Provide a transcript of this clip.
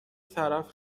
طرف